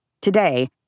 Today